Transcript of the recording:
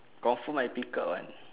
confirm I pick up one